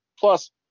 Plus